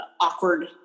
awkward